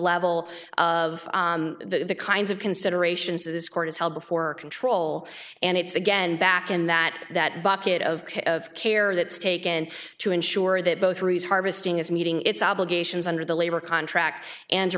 level of the kinds of considerations that this court has held before control and it's again back in that that bucket of care that's taken to ensure that both rees harvesting is meeting its obligations under the labor contract and